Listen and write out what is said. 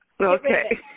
okay